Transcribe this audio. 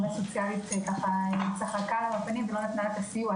סוציאלית צחקה לה בפנים ולא נתנה לה את הסיוע.